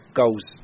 goals